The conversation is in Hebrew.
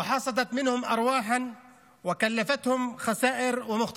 אשר במקום לטפל בענייני הנגב ואנשיו,